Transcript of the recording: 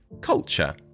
culture